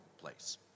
place